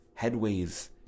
headways